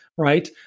right